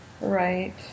Right